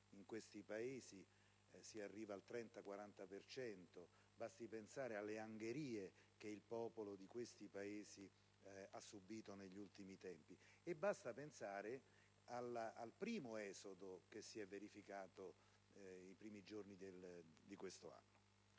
in questi Paesi, che arriva al 30-40 per cento, alle angherie che il popolo di questi Paesi ha subito negli ultimi tempi e al primo esodo che si è verificato nei primi giorni di quest'anno.